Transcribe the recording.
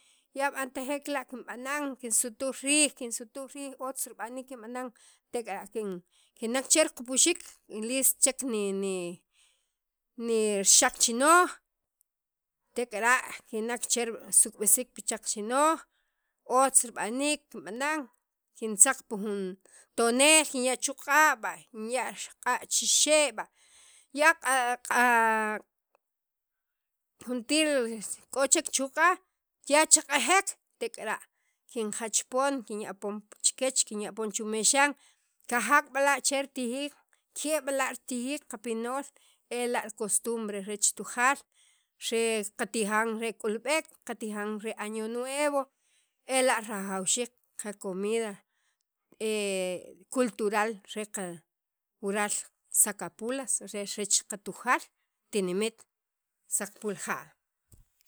ya' b'antajek la' kinb'anan kinsutuj riij kinsutuj riij otz rib'anik kinb'anan tek'ara' kinek che riqupxiik listchek ni ni nirixaq chinoj tek'ara' kinek che risuk'b'ik xaq chinoj otz rib'anik kinb'an kintzaq pi jun tonel kinya' chu' q'a' kinya' q'a' chixe' b'a ya q'a q'a juntir k'o chek chu' q'a' ya cheq'ejek tek'ara' kinjach pon kinya' pi chikyech kinya' chu' mexan kajak b'la' che ritijik ke' b'la' ritijik qapinol ela' rech costumbre re Tujaal re qatijan rech k'ulb'ek qatijan re año nuevo ela' rajawxiik qakomida e cultural re wural Sacapulas re rech qatujaal tinimit saqapul ja'